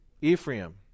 Ephraim